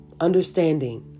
understanding